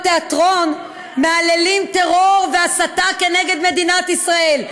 תיאטרון מהללים טרור והסתה נגד מדינת ישראל.